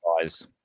guys